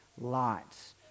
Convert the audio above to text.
lights